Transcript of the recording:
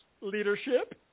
leadership